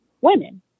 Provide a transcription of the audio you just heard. women